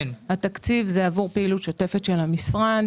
עבור פעילות שוטפת של המשרד,